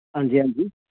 हां जी हां जी